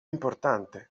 importante